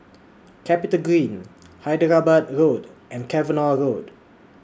Capitagreen Hyderabad Road and Cavenagh Road